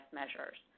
measures